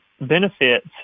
benefits